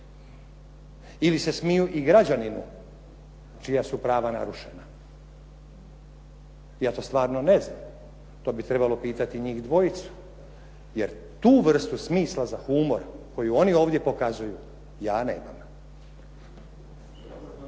Ili se smiju i građaninu čija su prava narušena, ja to stvarno ne znam. To bi trebalo pitati njih dvojicu, jer tu vrstu smisla za humor koju oni ovdje pokazuju ja nemam.